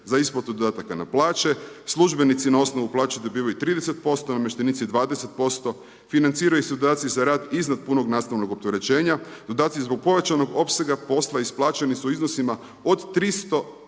za isplatu dodataka na plaće. Službenici na osnovu plaće dobivaju 30%, namještenici 20%. Financiraju se dodaci za rad iznad punog nastavnog opterećenja, dodaci zbog povećanog opsega posla isplaćeni su u iznosima od 3826